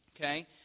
Okay